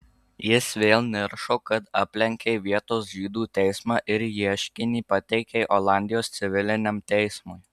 jis vėl niršo kad aplenkei vietos žydų teismą ir ieškinį pateikei olandijos civiliniam teismui